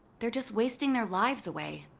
they're just wasting their lives away.